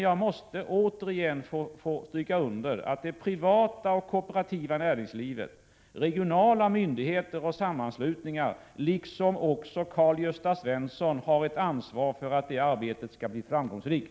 Jag måste åter få stryka under att det privata och kooperativa näringslivet, regionala myndigheter och sammanslutningar, liksom också Karl-Gösta Svenson, har ett ansvar för att det arbetet skall bli framgångsrikt.